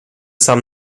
sam